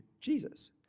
Jesus